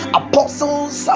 apostles